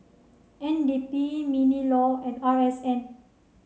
N D P MINLAW and R S N